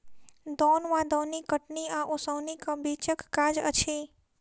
दौन वा दौनी कटनी आ ओसौनीक बीचक काज अछि